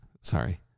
sorry